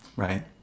right